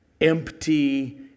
empty